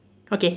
okay